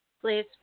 please